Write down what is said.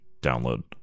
download